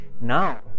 Now